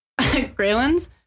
Grayland's